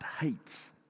hates